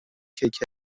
کیک